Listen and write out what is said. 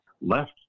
left